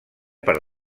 per